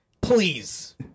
please